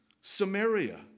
Samaria